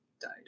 died